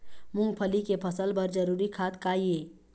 मूंगफली के फसल बर जरूरी खाद का ये?